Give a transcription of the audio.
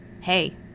Hey